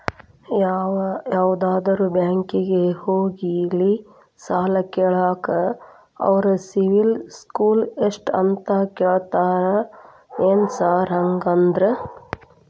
ಯಾವದರಾ ಬ್ಯಾಂಕಿಗೆ ಹೋಗ್ಲಿ ಸಾಲ ಕೇಳಾಕ ಅವ್ರ್ ಸಿಬಿಲ್ ಸ್ಕೋರ್ ಎಷ್ಟ ಅಂತಾ ಕೇಳ್ತಾರ ಏನ್ ಸಾರ್ ಹಂಗಂದ್ರ?